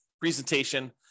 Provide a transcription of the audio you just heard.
presentation